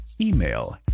Email